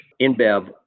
InBev